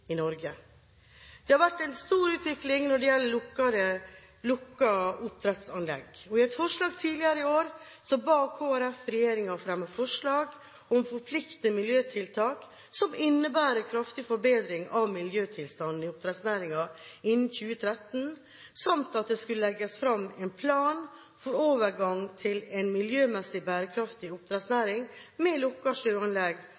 i Norge. Det har vært en stor utvikling når det gjelder lukkede oppdrettsanlegg. I et forslag tidligere i år ba Kristelig Folkeparti regjeringen fremme forslag om forpliktende miljøtiltak som innebærer en kraftig forbedring av miljøtilstanden i oppdrettsnæringen innen 2013, samt at det skulle legges fram en plan for overgang til en miljømessig bærekraftig